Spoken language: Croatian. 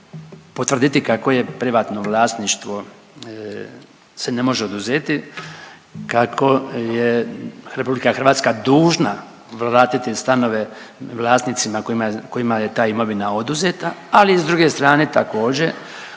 potvrditi kako je privatno vlasništvo se ne može oduzeti, kako je Republika Hrvatska dužna vratiti stanove vlasnicima kojima je ta imovina oduzeta, ali i s druge strane također